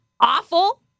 awful